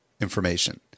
information